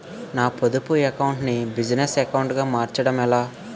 నా పొదుపు అకౌంట్ నీ బిజినెస్ అకౌంట్ గా మార్చడం ఎలా?